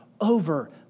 over